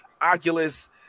Oculus